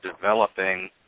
developing